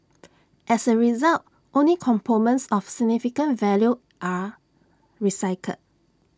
as A result only components of significant value are recycled